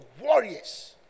warriors